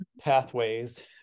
pathways